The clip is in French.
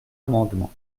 amendement